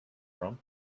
from